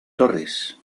torres